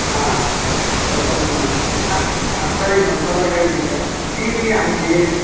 ஆ இந்தா சொல்கிறேங்க மேம் சரிங்க மேம் சொல்கிறேன் எழுதிக்கங்க டிவி அஞ்சு